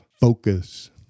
focus